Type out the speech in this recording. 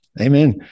amen